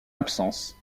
absence